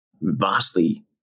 vastly